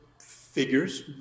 figures